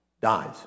dies